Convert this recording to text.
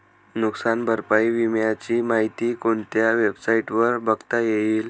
नुकसान भरपाई विम्याची माहिती कोणत्या वेबसाईटवर बघता येईल?